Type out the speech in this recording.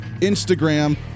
Instagram